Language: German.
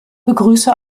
begrüße